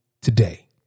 today